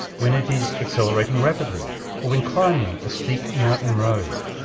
when it is accelerating rapidly or when climbing a steep mountain road.